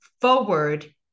forward